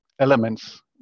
elements